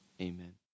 Amen